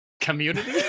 community